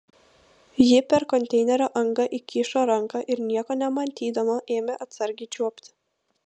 ji per konteinerio angą įkišo ranką ir nieko nematydama ėmė atsargiai čiuopti